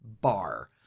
bar